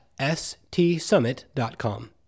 stsummit.com